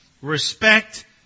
Respect